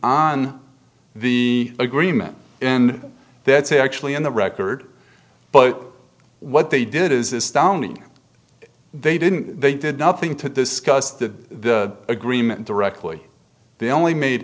on the agreement and that's actually on the record but what they did is astounding they didn't they did nothing to discuss the agreement directly they only made